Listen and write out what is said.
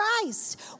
Christ